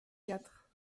quatre